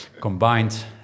Combined